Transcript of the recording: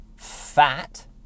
Fat